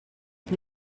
più